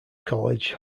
college